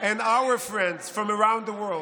and our friends from around the world,